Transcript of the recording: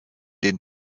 den